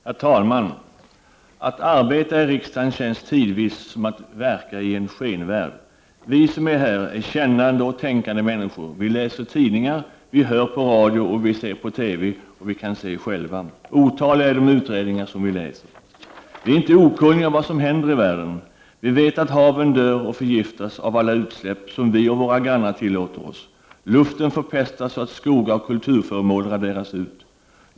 Herr talman! Att arbeta i riksdagen känns tidvis som att verka i en skenvärld. Vi som är här är kännande och tänkande människor. Vi läser tidningarna, vi hör på radio och vi ser på TV. Vi kan också se själva. Otaliga är de utredningar som vi läser. Vi är inte okunniga om vad som händer i världen. Vi vet att haven dör och förgiftas av alla utsläpp som vi och våra grannar tillåter oss. Luften förpestas så att skogar och kulturföremål raderas ut.